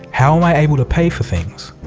how am i able to pay for things?